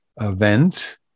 event